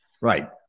Right